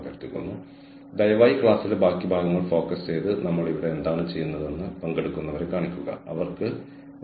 അതിനാൽ തന്ത്രപരമായ സംരംഭത്തെക്കുറിച്ച് സംസാരിക്കുമ്പോൾ നമ്മൾ സംസാരിക്കുന്നത് മറ്റുള്ളവർ ചെയ്യാത്ത ഒരു പെരുമാറ്റം ഒരു പാറ്റേൺ മുതലായ ഒരു കാര്യത്തെക്കുറിച്ചാണ്